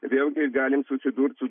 vėlgi galim susidurt su